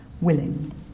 willing